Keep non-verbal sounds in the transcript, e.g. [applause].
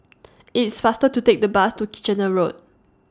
[noise] IT IS faster to Take The Bus to Kitchener Road